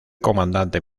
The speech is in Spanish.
comandante